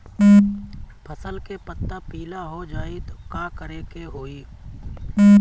फसल के पत्ता पीला हो जाई त का करेके होई?